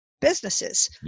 businesses